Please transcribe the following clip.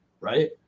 Right